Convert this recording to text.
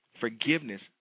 Forgiveness